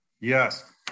Yes